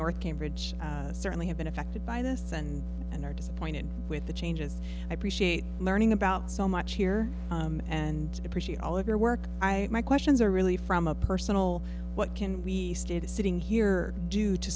north cambridge certainly have been affected by this and and are disappointed with the changes i appreciate learning about so much here and appreciate all of your work i my questions are really from a personal what can we sitting here do to